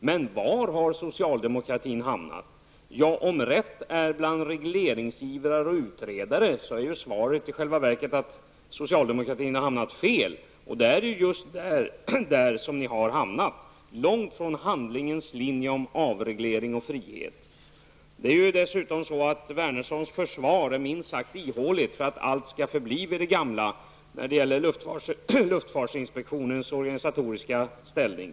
Men var har socialdemokratin egentligen hamnat? Om regleringsivrare och utredare har rätt är svaret i själva verket att socialdemokratin har hamnat fel. Ni har nämligen hamnat långt från avreglering och frihet. Dessutom är Wernerssons försvar minst sagt ihåligt när han säger att allt skall förbli vid det gamla när det gäller luftfartsinspektionens organisatoriska ställning.